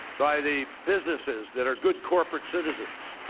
by the businesses that are good corporate citizens.